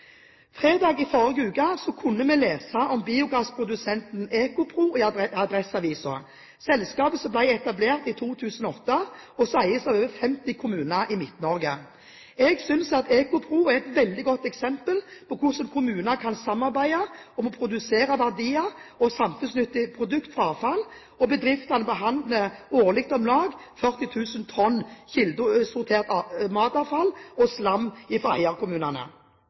Fredag i forrige uke kunne vi lese om biogassprodusenten Ecopro i Adresseavisen. Selskapet ble etablert i 2008 og eies av over 50 kommuner i Midt-Norge. Jeg synes at Ecopro er et veldig godt eksempel på hvordan kommuner kan samarbeide om å produsere verdier og samfunnsnyttige produkt fra avfall. Bedriften behandler årlig om lag 40 000 tonn kildesortert matavfall og slam